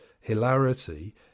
hilarity